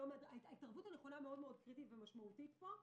ההתערבות הנכונה מאוד מאוד קריטית ומשמעותית פה.